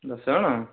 ଦଶ ଜଣ